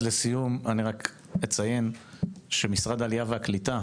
אציין שמשרד העלייה והקליטה,